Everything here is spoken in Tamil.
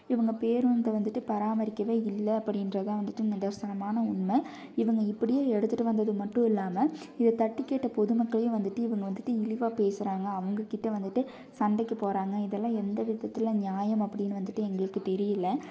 இவங்க பேருந்தை வந்துட்டு பராமரிக்கவே இல்லை அப்படின்றது தான் வந்துட்டு நிதர்சனமான உண்மை இவங்க இப்படியே எடுத்துட்டு வந்ததும் மட்டும் இல்லாமல் இதை தட்டி கேட்ட பொதுமக்களையும் வந்துட்டு இவங்க வந்துட்டு இழிவாக பேசுறாங்க அவங்கக்கிட்ட வந்துட்டு சண்டைக்கு போகிறாங்க இதெல்லாம் எந்த விதத்தில் நியாயம் அப்படினு வந்துட்டு எங்களுக்கு தெரியலை